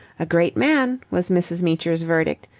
a great man, was mrs. meecher's verdict.